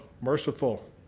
merciful